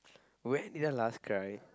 when did I last cry